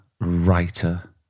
writer